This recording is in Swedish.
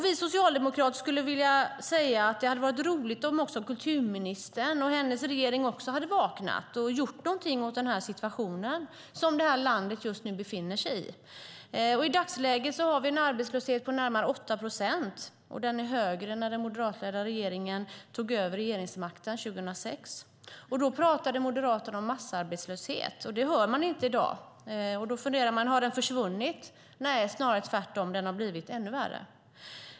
Vi socialdemokrater skulle vilja säga att det hade varit roligt om kulturministern och hennes regering också hade vaknat och gjort någonting åt den situation som det här landet just nu befinner sig i. I dagsläget är arbetslösheten närmare 8 procent. Den är högre än när den moderatledda regeringen tog över regeringsmakten 2006. Då talade Moderaterna om massarbetslöshet. Det hör man inte i dag. Då kan man fundera över om den har försvunnit. Nej, det är snarare tvärtom. Den har blivit ännu värre.